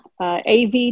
AV